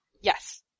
Yes